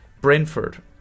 Brentford